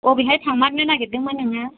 अबेहाय थांमारनो नागिरदोंमोन नोङो